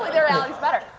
the reality's better.